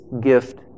gift